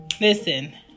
Listen